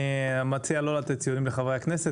אני מציע לא לתת ציונים לחברי הכנסת,